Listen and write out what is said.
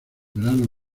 verán